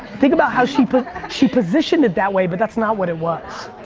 think about how she, but she positioned it that way but that's not what it was.